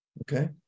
Okay